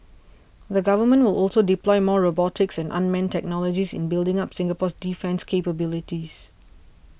the Government will also deploy more robotics and unmanned technologies in building up Singapore's defence capabilities